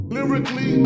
Lyrically